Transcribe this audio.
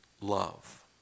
love